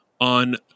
on